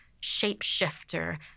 shapeshifter